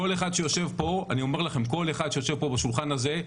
כל אחד שיושב פה בשולחן הזה,